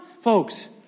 Folks